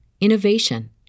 innovation